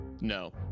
No